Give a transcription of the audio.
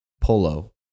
polo